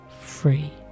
free